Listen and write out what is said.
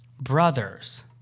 brothers